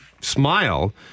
smile